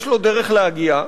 יש לו דרך להגיע,